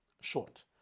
short